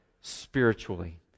spiritually